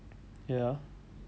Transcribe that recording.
ya